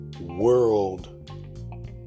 world